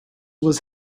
was